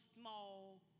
small